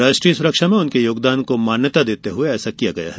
राष्ट्रीय सुरक्षा में उनके योगदान को मान्यता देते हुए ऐसा किया गया है